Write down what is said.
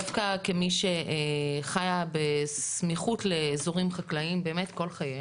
דווקא כמי שחיה בסמיכות לאזורים חקלאיים באמת כל חייה.